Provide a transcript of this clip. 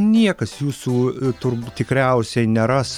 niekas jūsų turb tikriausiai neras